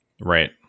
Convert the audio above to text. Right